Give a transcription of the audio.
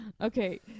Okay